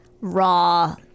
raw